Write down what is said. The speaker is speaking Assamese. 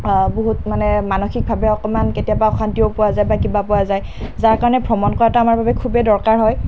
বহুত মানে মানসিকভাৱে অকণমান কেতিয়াবা অশান্তিও পোৱা যায় বা কিবা পোৱা যায় যাৰ কাৰণে ভ্ৰমণ কৰাটো আমাৰ বাবে খুবেই দৰকাৰ হয়